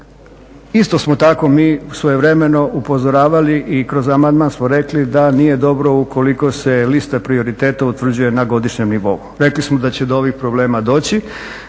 Isto smo tako mi svojevremeno upozoravali i kroz amandman smo rekli da nije dobro ukoliko se lista prioriteta utvrđuje na godišnjem nivou. Rekli smo da će do ovih problema doći,